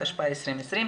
התשפ"א-2020.